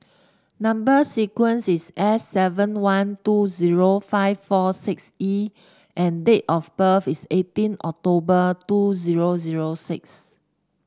number sequence is S seven one two zero five four six E and date of birth is eighteen October two zero zero six